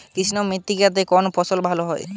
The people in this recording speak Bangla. কৃষ্ণ মৃত্তিকা তে কোন ফসল ভালো হয়?